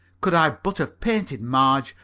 could i but have painted marge,